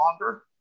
longer